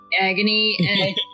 Agony